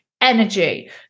energy